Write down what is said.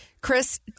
Chris